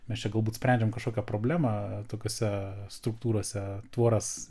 mes čia galbūt sprendžiam kažkokią problemą tokiose struktūrose tvoras